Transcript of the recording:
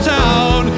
town